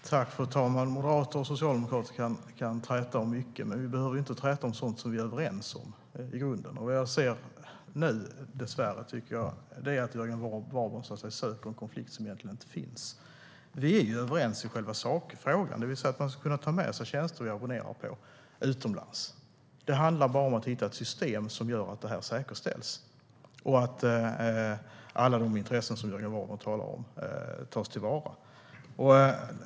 Fru talman! Moderater och socialdemokrater kan träta om mycket, men vi behöver inte träta som sådant som vi i grunden är överens om. Dessvärre ser jag nu att Jörgen Warborn söker en konflikt som inte finns. Vi är överens i själva sakfrågan, det vill säga att man ska kunna ta med sig tjänster som man abonnerar på utomlands. Det handlar bara om att hitta ett system som gör att detta säkerställs och att alla de intressen som Jörgen Warborn talar om tas till vara.